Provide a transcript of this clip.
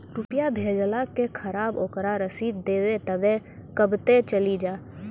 रुपिया भेजाला के खराब ओकरा रसीद देबे तबे कब ते चली जा?